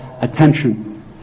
attention